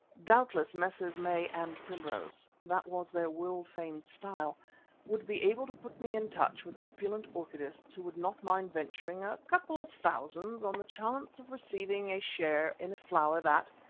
doubtless messrs. may and primrose that was their world-famed style would be able to put me in touch with opulent orchidists who would not mind venturing a couple of thousands on the chance of receiving a share in a flower that,